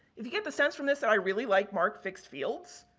if you get the sense from this that i really like marc fixed fields,